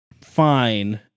fine